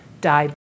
died